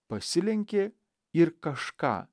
pasilenkė ir kažką